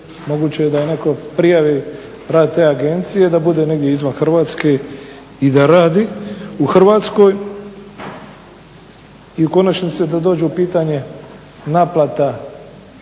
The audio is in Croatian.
moguće je da netko prijavi rad te agencije da bude negdje izvan Hrvatske i da radi u Hrvatskoj i u konačnici da dođe u pitanje naplata svih